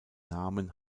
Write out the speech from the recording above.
namen